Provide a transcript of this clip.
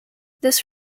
this